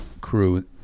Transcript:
crew